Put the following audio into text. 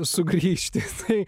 sugrįžti kai